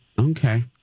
Okay